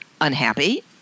unhappy